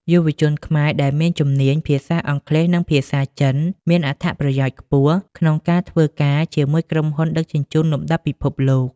យុវជនខ្មែរដែលមានជំនាញភាសាអង់គ្លេស និងភាសាចិន មានអត្ថប្រយោជន៍ខ្ពស់ក្នុងការធ្វើការជាមួយក្រុមហ៊ុនដឹកជញ្ជូនលំដាប់ពិភពលោក។